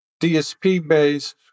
DSP-based